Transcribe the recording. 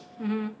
mmhmm